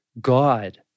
God